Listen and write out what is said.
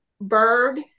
Berg